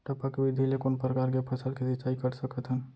टपक विधि ले कोन परकार के फसल के सिंचाई कर सकत हन?